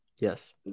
yes